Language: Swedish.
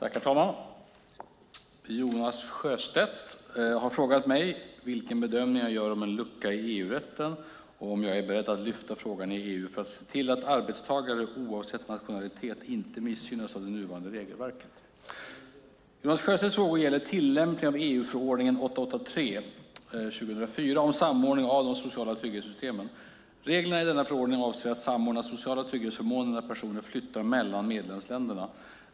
Herr talman! Jonas Sjöstedt har frågat mig vilken bedömning jag gör om en lucka i EU-rätten och om jag är beredd att lyfta frågan i EU för att se till att arbetstagare, oavsett nationalitet, inte missgynnas av det nuvarande regelverket. Jonas Sjöstedts frågor gäller tillämpningen av EU-förordningen 883/2004 om samordning av de sociala trygghetssystemen. Reglerna i denna förordning avser att samordna sociala trygghetsförmåner när personer flyttar mellan medlemsländerna.